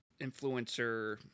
influencer